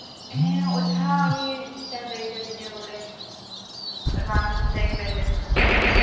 ᱦᱮᱸ ᱚᱡᱷᱟ ᱩᱱᱤ ᱚᱱᱠᱟᱭ ᱞᱟᱹᱭ ᱠᱟᱫᱤᱧᱟ ᱵᱚᱞᱮ ᱨᱟᱱ ᱥᱟᱞᱟᱜ ᱤᱧ ᱵᱮᱱᱰᱮᱡ ᱠᱟᱫᱟ